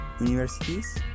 universities